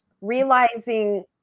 realizing